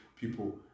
people